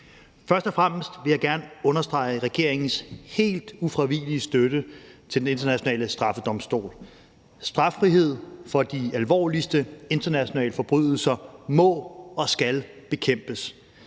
Først og fremmest vil jeg gerne understrege regeringens helt ufravigelige støtte til Den Internationale Straffedomstol. Straffrihed for de alvorligste internationale forbrydelser må og skal bekæmpes.